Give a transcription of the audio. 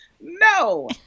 no